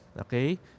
okay